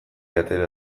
atera